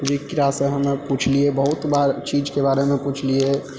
जेकरासँ हमे पुछलियै बहुत बार चीजके बारेमे पुछलियै